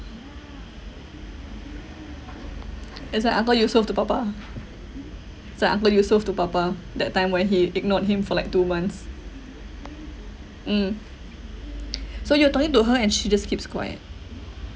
it's like uncle yusoff to papa is like uncle yusoff to papa that time when he ignored him for like two months mm so you're talking to her and she just keeps quiet